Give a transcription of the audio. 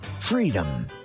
Freedom